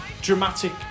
dramatic